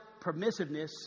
permissiveness